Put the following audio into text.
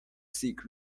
sick